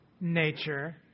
nature